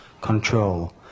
control